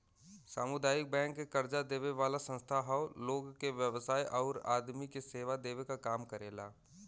सामुदायिक बैंक कर्जा देवे वाला संस्था हौ लोग के व्यवसाय आउर आदमी के सेवा देवे क काम करेला